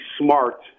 smart